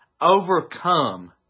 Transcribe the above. overcome